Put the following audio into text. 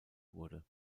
wurde